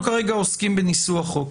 אנחנו כרגע עוסקים בניסוח חוק.